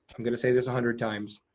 i'm gonna say this a hundred times.